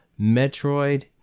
Metroid